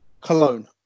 Cologne